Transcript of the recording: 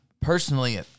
personally